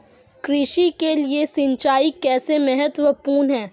कृषि के लिए सिंचाई कैसे महत्वपूर्ण है?